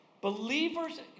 Believers